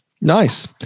Nice